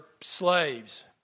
slaves